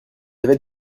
avait